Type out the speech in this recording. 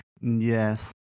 yes